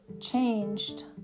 changed